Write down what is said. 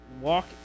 Walk